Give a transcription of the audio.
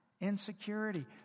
insecurity